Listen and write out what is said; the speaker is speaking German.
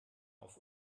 auf